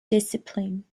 discipline